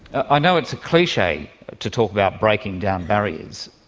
i know it's a cliche to talk about breaking down barriers,